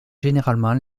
généralement